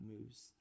moves